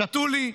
שתו לי.